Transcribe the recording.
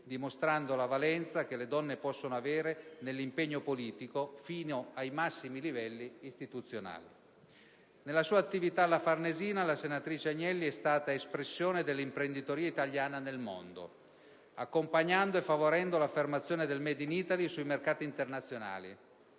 dimostrando la valenza che le donne possono avere nell'impegno politico, fino ai massimi livelli istituzionali. Nella sua attività alla Farnesina la senatrice Agnelli è stata espressione dell'imprenditoria italiana nel mondo, accompagnando e favorendo l'affermazione del *made in Italy* sui mercati internazionali.